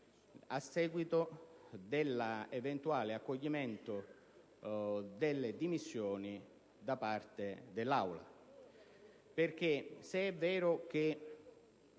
a seguito dell'eventuale accoglimento delle dimissioni da parte dell'Aula. Se è infatti vero che